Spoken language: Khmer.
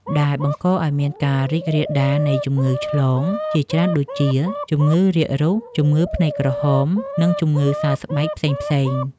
ដែលបង្កឱ្យមានការរីករាលដាលនៃជំងឺឆ្លងជាច្រើនដូចជា ជំងឺរាគរូស ជំងឺភ្នែកក្រហម និងជំងឺសើស្បែកផ្សេងៗ។